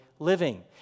living